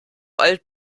alt